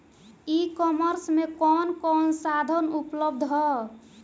ई कॉमर्स में कवन कवन साधन उपलब्ध ह?